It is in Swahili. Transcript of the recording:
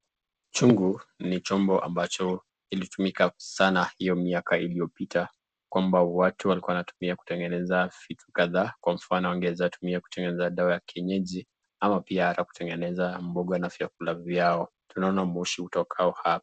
Chungu ni chombo ambacho ilitumika sana hiyo miaka iliyopita, kwamba watu walikuwa wanatumia kutengeneza vitu kadhaa, kwa mfano wangeeza tumia kutengeneza dawa ya kienyeji ama pia ata kutengeneza mboga na vyakula vyao, tunaona moshi utokao hapa.